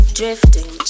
drifting